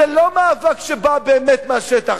זה לא מאבק שבא באמת מהשטח,